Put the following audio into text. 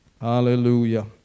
hallelujah